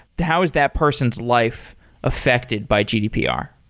how is that person's life affected by gdpr?